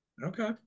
Okay